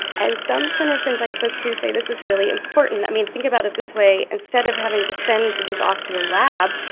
and some clinicians i spoke to say this is really important. i mean, think about it this way. instead of having to send this off to a lab,